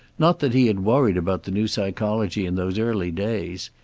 not that he had worried about the new psychology in those early days.